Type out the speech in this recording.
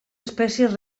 espècies